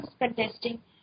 contesting